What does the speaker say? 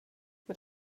mit